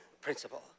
principle